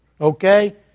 Okay